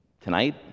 Tonight